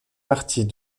partie